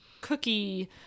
cookie